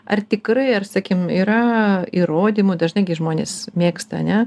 ar tikrai ar sakykim yra įrodymų dažnai gi žmonės mėgsta ar ne